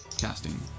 casting